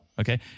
Okay